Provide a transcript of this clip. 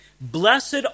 Blessed